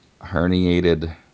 Herniated